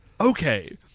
Okay